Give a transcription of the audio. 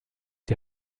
die